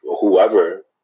whoever